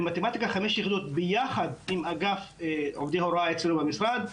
מתמטיקה חמש יחידות ביחד עם אגף עובדי הוראה אצלנו במשרד,